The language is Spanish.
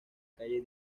calle